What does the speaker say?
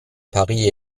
paris